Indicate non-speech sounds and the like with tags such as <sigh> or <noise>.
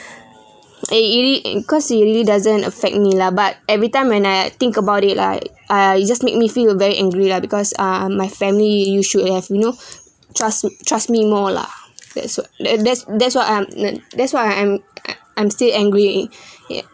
eh it re~ cause it really doesn't affect me lah but everytime when I think about it like ah it just makes me feel very angry lah because ah my family you should have you know trust trust me more lah that's why that's that's what I'm uh that's why I'm <noise> I'm still angry yeah